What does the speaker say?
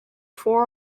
four